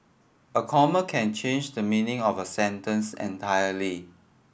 a comma can change the meaning of a sentence entirely